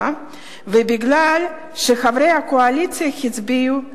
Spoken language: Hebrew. ומכיוון שחברי הקואליציה הצביעו נגדן.